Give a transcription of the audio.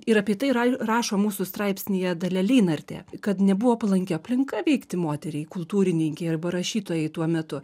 ir apie tai rai rašo mūsų straipsnyje dalia leinartė kad nebuvo palanki aplinka veikti moteriai kultūrininkei arba rašytojai tuo metu